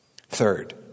Third